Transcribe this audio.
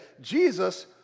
Jesus